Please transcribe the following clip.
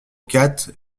quatre